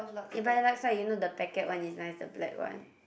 ya but like if you know the packet one is nice the black one